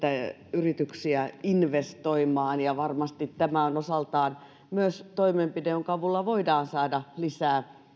yrityksiä investoimaan varmasti tämä on osaltaan myös toimenpide jonka avulla voidaan saada lisää